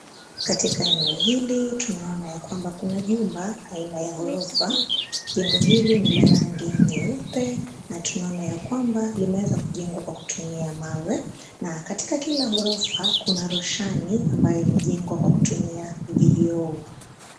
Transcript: Katika eneo hili tunaona yakwamba kuna jumba aina ya ghorofa, jengo hili ni la rangi nyeupe na tuaona ya kwamba limeweza kujengwa kwa kutumia mawe na katika kila ghorofa kuna roshani ambayo imejengwa kwa kutumia vioo.